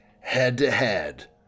head-to-head